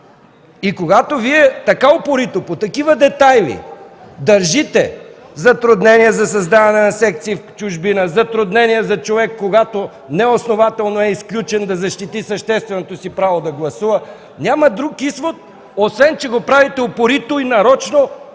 Когато Вие така упорито по такива детайли държите – затруднения за създаване на секции в чужбина, затруднения за човек, когато неоснователно е изключен, да защити същественото си право да гласува, няма друг извод, освен че го правите упорито и нарочно,